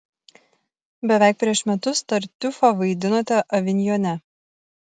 beveik prieš metus tartiufą vaidinote avinjone